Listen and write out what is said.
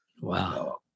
Wow